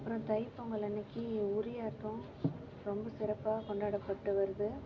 அப்புறம் தை பொங்கல் அன்னைக்கு உரியாட்டம் ரொம்ப சிறப்பாக கொண்டாடப்பட்டு வருது